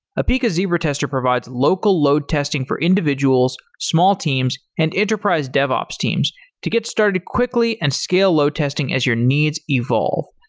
apica zebra tester provides local load testing for individuals, small teams, and enterprise devops teams to get started quickly and scale load testing as your needs evolve.